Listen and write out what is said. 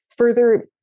Further